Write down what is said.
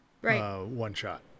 one-shot